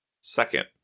Second